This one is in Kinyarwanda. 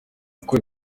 gukora